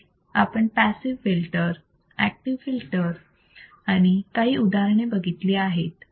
तसेच आपण passive filter active filter आणि काही उदाहरणे बघितली आहेत